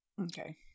okay